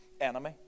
enemy